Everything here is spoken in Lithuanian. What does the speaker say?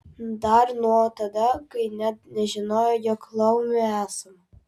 dar nuo tada kai net nežinojo jog laumių esama